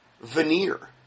veneer